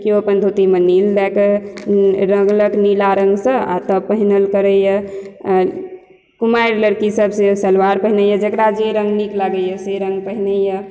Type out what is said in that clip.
केओ अपन धोतीमे नील दए कऽ रंगलक नीला रंग सँ आ तब पहिरल करैया कुमारि लड़की सब से सलवार पहिरैया जकरा जे रंग नीक लागैया से रंग पहिरैया